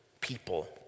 people